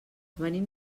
venim